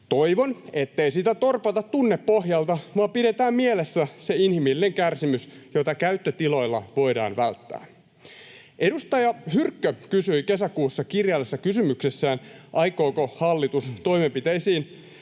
Toivon, ettei sitä torpata tunnepohjalta, vaan pidetään mielessä se inhimillinen kärsimys, joita käyttötiloilla voidaan välttää. Edustaja Hyrkkö kysyi kesäkuussa kirjallisessa kysymyksessään, aikooko hallitus ryhtyä toimenpiteisiin